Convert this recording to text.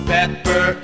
Pepper